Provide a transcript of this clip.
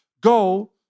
go